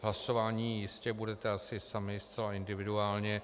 Hlasovat jistě budete asi sami, zcela individuálně.